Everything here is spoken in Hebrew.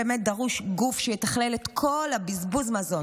דרוש גוף שיתכלכל את כל בזבוז המזון,